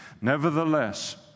nevertheless